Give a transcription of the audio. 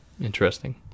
interesting